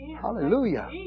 Hallelujah